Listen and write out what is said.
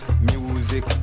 Music